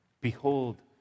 behold